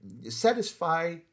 satisfy